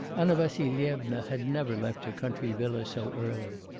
anna vassilyevna had never left her country villa so early,